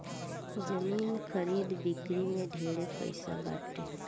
जमीन खरीद बिक्री में ढेरे पैसा बाटे